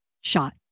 shot